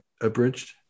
abridged